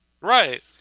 Right